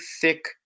thick